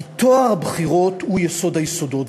כי טוהר הבחירות הוא יסוד היסודות.